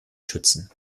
schützen